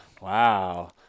Wow